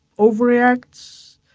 overreacts,